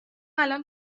الان